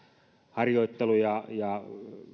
harjoittelu ja ja